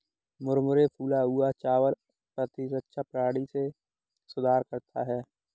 मुरमुरे फूला हुआ चावल प्रतिरक्षा प्रणाली में सुधार करता है